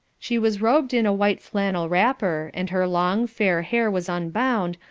she was robed in a white flannel wrapper, and her long, fair hair was unbound,